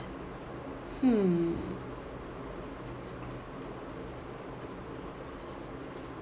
hmm